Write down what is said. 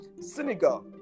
Senegal